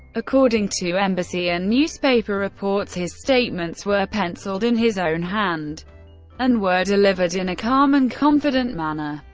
according to embassy and newspaper reports, his statements were penciled in his own hand and were delivered in a calm and confident manner.